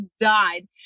died